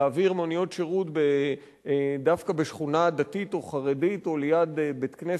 להעביר מוניות שירות דווקא בשכונה דתית או חרדית או ליד בית-כנסת,